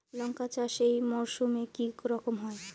লঙ্কা চাষ এই মরসুমে কি রকম হয়?